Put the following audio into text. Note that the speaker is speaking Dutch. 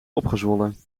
opgezwollen